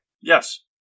Yes